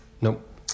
Nope